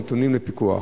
נתונים לפיקוח.